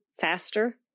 faster